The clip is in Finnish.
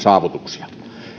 saavutuksista